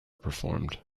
performed